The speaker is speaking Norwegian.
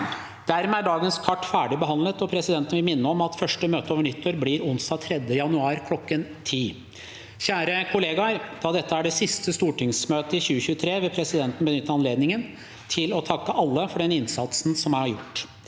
Dermed er dagens kart fer- digbehandlet. Presidenten vil minne om at første møte over nyttår blir onsdag 3. januar kl. 10. Kjære kollegaer! Da dette er det siste stortingsmøtet i 2023, vil presidenten benytte anledningen til å takke alle for den innsatsen som er gjort.